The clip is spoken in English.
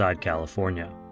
California